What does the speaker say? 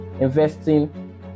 investing